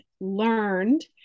learned